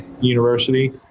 University